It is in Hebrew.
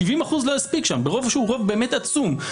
70 אחוזים לא הספיק שם - שהוא באמת רוב עצום,